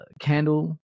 candle